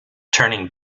turning